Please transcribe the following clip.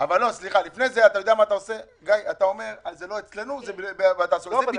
אתה אומר: זה לא אצלנו, זה ברשות התעסוקה.